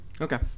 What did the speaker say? Okay